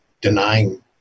denying